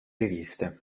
riviste